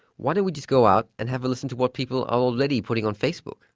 why don't we just go out and have a listen to what people are already putting on facebook.